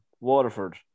Waterford